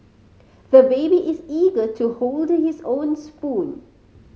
the baby is eager to hold his own spoon